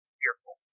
fearful